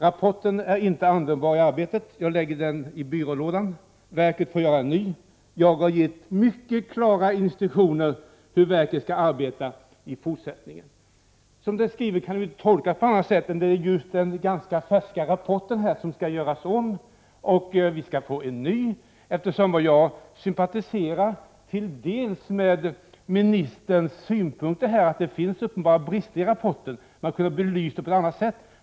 Rapporten är inte användbar i arbetet. Jag lägger den i byrålådan. Verket får göra en ny. Jag har gett mycket klara instruktioner hur verket skall arbeta i fortsättningen, säger ministern. Detta kan inte tolkas på annat sätt än att det är den ganska färska rapporten som skall göras om. Vi skall få en ny. Jag sympatiserar delvis med ministerns synpunkter att det finns uppenbara brister i rapporten. Den kunde ha belyst situationen på annat sätt.